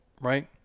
right